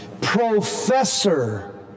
Professor